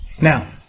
now